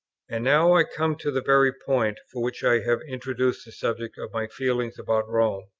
and now i come to the very point, for which i have introduced the subject of my feelings about rome.